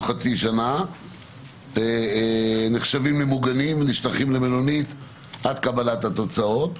חצי שנה נחשבים למוגנים ונשלחים למלונית עד קבלת התוצאות.